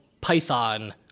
Python